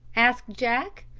asked jack.